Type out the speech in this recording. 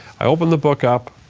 i opened the book up,